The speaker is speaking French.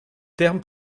terme